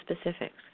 specifics